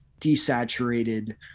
desaturated